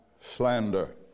slander